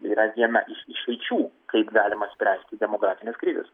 yra viena iš išeičių kaip galima spręsti demografines krizes